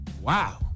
Wow